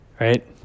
right